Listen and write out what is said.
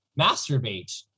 masturbate